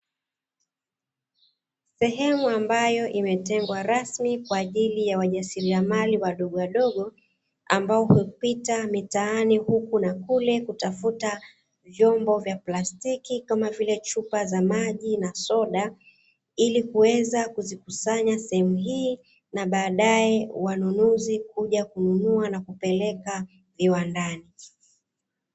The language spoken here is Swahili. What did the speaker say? Sehemu ambayo imetengwa rasmi kwa ajili ya wajasiriamali wadogo wadogo, ambao hupita mitaani huku na kule kutafuta vyombo vya plastiki kama vile chupa za maji na soda ili kuweza kuzikusanya sehemu hii na baadaye wanunuzi kuja kununua na kupeleka viwandani.